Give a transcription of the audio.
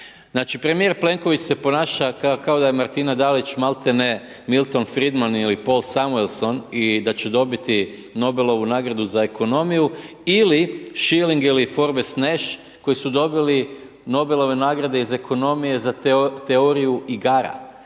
premijer Plenković se ponaša kao da je Martina Dalić malti ne Milton Freedman ili Paul Samuleson i da će dobiti Nobelovu nagradu za ekonomiju ili Schilling ili Forbes Nash koji su dobili Nobelove nagrade iz ekonomije za teoriju igara.